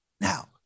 Now